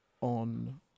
on